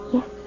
Yes